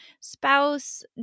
spouse